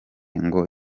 ngo